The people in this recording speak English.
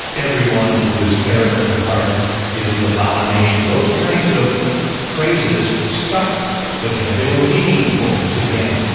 everyone who is arrogant of heart is an abomination. those kinds of phrases stuck with him. they were meaningful to him.